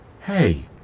Hey